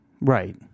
right